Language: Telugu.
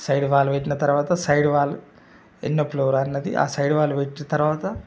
సైడ్ వాల్ పెట్టిన తరవాత సైడ్ వాల్ ఎన్నో ఫ్లోర్ అన్నది సైడ్ వాల్ పెట్టిన తర్వాత